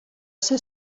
ser